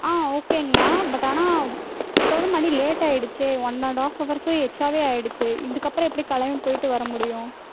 ஆ ஓகேங்ணா பட் ஆனால் இப்போவே மணி லேட்டாயிடுச்சே ஒன் அண்ட் ஹாஃப் ஹவர்ஸு எச்சாவே ஆயிடுச்சு இதுக்கப்புறம் எப்படி கிளம்பி போயிட்டு வரமுடியும்